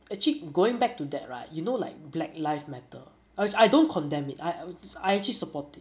actually going back to that right you know like black lives matter which I don't condemn it i~ w~ I actually support it